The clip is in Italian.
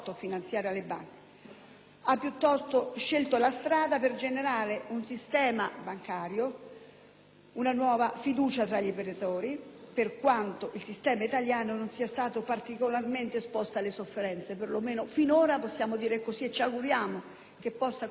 Ha piuttosto scelto la strada per generare nel sistema bancario una nuova fiducia tra gli operatori, anche se il sistema italiano non è stato particolarmente esposto alle sofferenze. Finora almeno è stato così e ci auguriamo che si possa continuare a dire così.